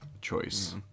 choice